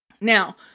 Now